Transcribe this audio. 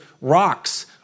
rocks